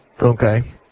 Okay